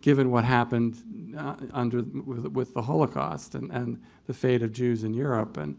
given what happened under with with the holocaust and and the fate of jews in europe and